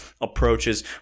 approaches